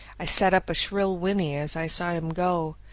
i set up a shrill whinny as i saw him go.